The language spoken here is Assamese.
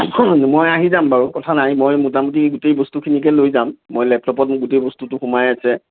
মই আহি যাম বাৰু কথা নাই মই মোটামুটি গোটেই বস্তুখিনিকে লৈ যাম মই লেপটপত গোটেই বস্তুটো সোমাই আছে